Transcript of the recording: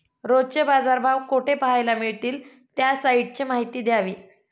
रोजचे बाजारभाव कोठे पहायला मिळतील? त्या साईटची माहिती द्यावी